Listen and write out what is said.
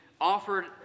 offered